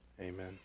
amen